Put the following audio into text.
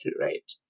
right